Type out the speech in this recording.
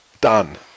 Done